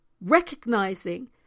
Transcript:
recognizing